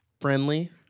friendly